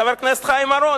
חבר הכנסת חיים אורון,